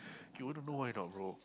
you want to know why not bro